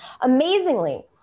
Amazingly